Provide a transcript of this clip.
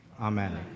Amen